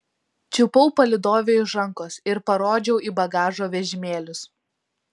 čiupau palydovei už rankos ir parodžiau į bagažo vežimėlius